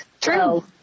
True